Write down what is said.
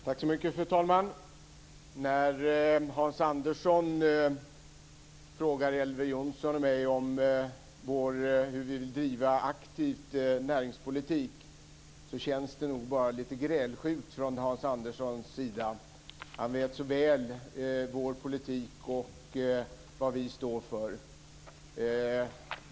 Fru talman! När Hans Andersson frågar Elver Jonsson och mig om hur vi vill driva aktiv näringspolitik känns det nog litet grälsjukt från Hans Anderssons sida. Han vet så väl vår politik och vad vi står för.